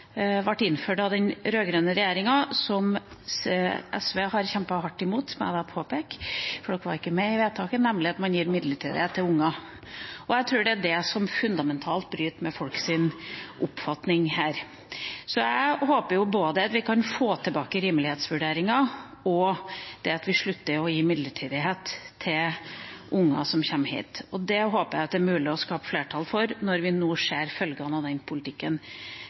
ble innført av den rød-grønne regjeringa som SV har kjempet hardt imot – som jeg påpeker, for de var ikke med på vedtaket – nemlig at man gir midlertidighet til unger. Jeg tror det er det som fundamentalt bryter med folks oppfatning her. Jeg håper både at vi kan få tilbake rimelighetsvurderingen, og at vi slutter å gi midlertidighet til unger som kommer hit. Det håper jeg at det er mulig å skape flertall for når vi nå ser følgene av den politikken